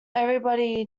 everybody